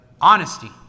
honesty